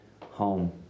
home